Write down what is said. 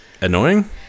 Annoying